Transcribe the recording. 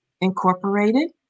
Incorporated